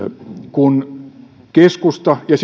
kun keskusta ja